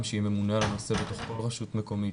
שיהיה ממונה על הנושא בתוך כל רשות מקומית,